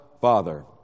Father